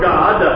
God